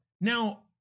now